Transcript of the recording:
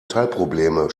teilprobleme